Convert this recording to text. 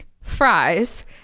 fries